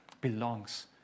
belongs